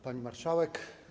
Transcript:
Pani Marszałek!